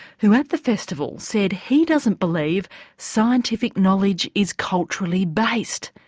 who at the festival said he doesn't believe scientific knowledge is culturally based.